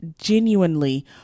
genuinely